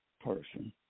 person